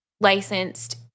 licensed